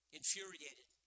infuriated